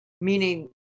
meaning